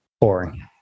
boring